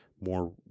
more